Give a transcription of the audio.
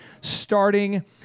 starting